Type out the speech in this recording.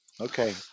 Okay